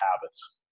habits